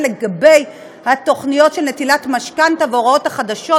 לגבי התוכניות של נטילת משכנתה וההוראות החדשות,